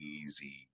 easy